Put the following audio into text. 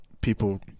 people